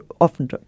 often